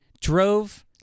drove